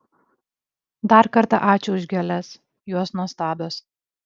dar kartą ačiū už gėles jos nuostabios